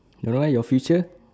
you know your future